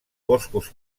boscos